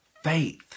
faith